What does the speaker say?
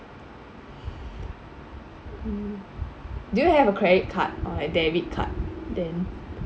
um do you have a credit card or a debit card then